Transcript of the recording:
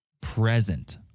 present